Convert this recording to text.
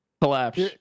Collapse